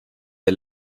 der